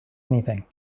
anything